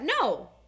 No